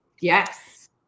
Yes